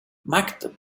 maktub